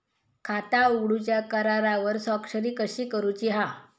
खाता उघडूच्या करारावर स्वाक्षरी कशी करूची हा?